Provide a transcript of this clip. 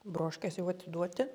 broškes jau atiduoti